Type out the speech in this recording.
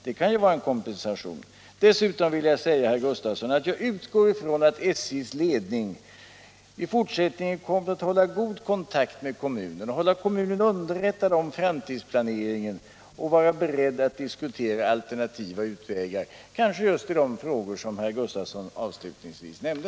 Det bör vara en kompensation. Dessutom vill jag säga till herr Gustavsson att jag utgår från att SJ:s ledning i fortsättningen kommer att hålla god kontakt med kommunen, hålla kommunen underrättad om framtidsplaneringen och vara beredd att diskutera alternativa utvägar — kanske just på de områden som herr Gustavsson avslutningsvis nämnde.